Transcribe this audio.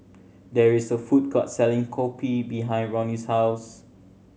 there is a food court selling kopi behind Ronny's house